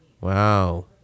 Wow